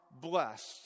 blessed